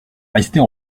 rester